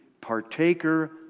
partaker